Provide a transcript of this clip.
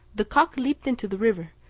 the cock leaped into the river,